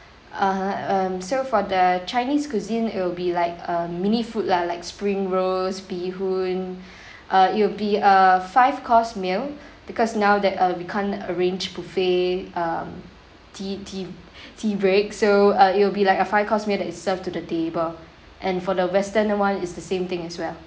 (uh huh) um so for the chinese cuisine it will be like uh mini food lah like spring rolls bee hoon uh it'll be a five course meal because now that uh we can't arrange buffet um tea tea tea break so uh it'll be like a five course meal that is served to the table and for the western one it's the same thing as well